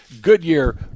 Goodyear